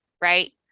right